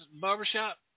barbershop